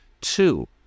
two